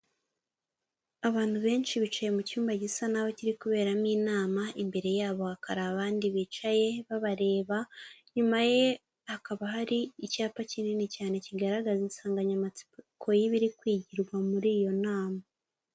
Abantu benshi bicaye mu cyumba gisa n'aho kiri kuberamo inama imbere yabo hakaba abandi bicaye babareba inyuma ye hakaba hari icyapa kinini cyane kigaragaza insanganyamatsikoko y'ibiri kwigirwa muri iyo nama.